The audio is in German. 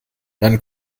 dann